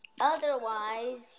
Otherwise